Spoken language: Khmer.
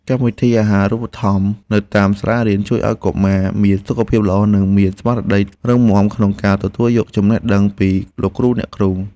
កម្មវិធីអាហាររូបត្ថម្ភនៅតាមសាលារៀនជួយឱ្យកុមារមានសុខភាពល្អ និងមានស្មារតីរឹងមាំក្នុងការទទួលយកចំណេះដឹងពីលោកគ្រូអ្នកគ្រូ។